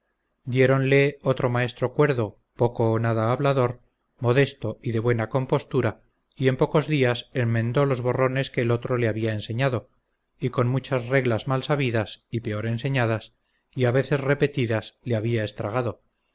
natural diéronle otro maestro cuerdo poco o nada hablador modesto y de buena compostura y en pocos días enmendó los borrones que el otro le había enseñado y con muchas reglas mal sabidas y peor enseñadas y a veces repetidas le había estragado